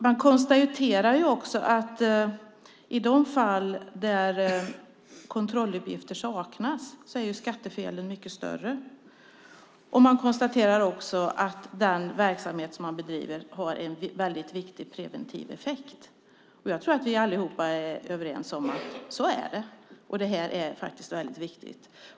Man konstaterar att i de fall där kontrolluppgifter saknas är skattefelen mycket större. Man konstaterar också att den verksamhet som Skatteverket bedriver har en väldigt viktig preventiv effekt. Jag tror att vi allihop är överens om att det är så och att det är väldigt viktigt.